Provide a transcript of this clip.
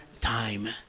time